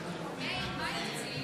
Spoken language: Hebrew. והאופוזיציה,